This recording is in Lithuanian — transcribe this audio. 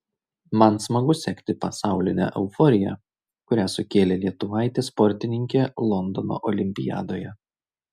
man smagu sekti pasaulinę euforiją kurią sukėlė lietuvaitė sportininkė londono olimpiadoje